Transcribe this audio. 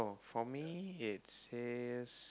for me it says